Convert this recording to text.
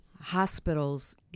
hospitals